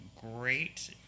great